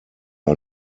are